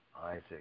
Isaac